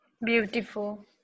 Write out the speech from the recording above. Beautiful